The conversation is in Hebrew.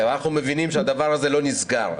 אנחנו מבינים שהדבר הזה לא נסגר.